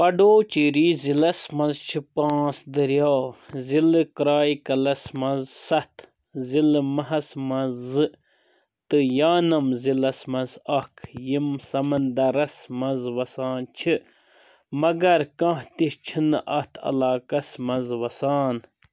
پڈوچیری ضِلعَس منٛز چھِ پانٛژھ دٔریاو ضِلعہٕ کرایہِ کلَس منٛز سَتھ ضِلعہٕ مہَس منٛز زٕ تہٕ یانم ضِلعس منٛز اکھ یِم سَمنٛدرَس منٛز وسان چھِ مگر کانٛہہ تہِ چھُ نہٕ اَتھ علاقَس منٛز وَسان